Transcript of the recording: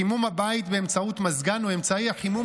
חימום הבית באמצעות מזגן הוא אמצעי החימום